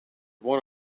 one